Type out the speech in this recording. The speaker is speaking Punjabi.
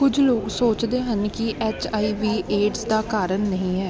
ਕੁੱਝ ਲੋਕ ਸੋਚਦੇ ਹਨ ਕਿ ਐੱਚ ਆਈ ਵੀ ਏਡਜ਼ ਦਾ ਕਾਰਨ ਨਹੀਂ ਹੈ